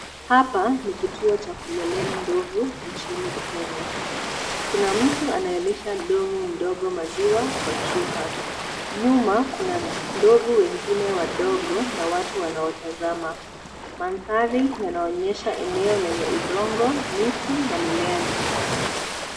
Hapa ni kituo cha kulelea ndovu nchini Kenya. Kuna mtu anayelisha ndovu mdogo maziwa ya chupa. Nyuma kuna ndovu wengine wadogo na watu wanaotazama. Mandahri yanaonyesha eneo lenye udongo, miti na mimea michache.